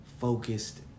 focused